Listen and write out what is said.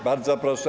Bardzo proszę.